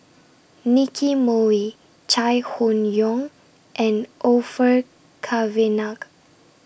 Nicky Moey Chai Hon Yoong and Orfeur Cavenagh